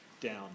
down